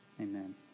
amen